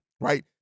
right